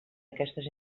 aquestes